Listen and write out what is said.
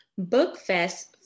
BookFest